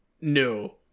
No